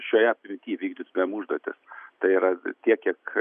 šioje srity vykdytumėm užduotis tai yra tiek kiek